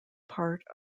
part